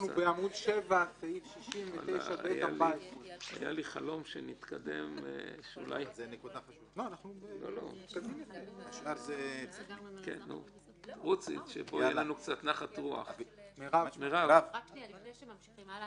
סעיף 69ב14. לפני שממשיכים הלאה,